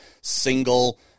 single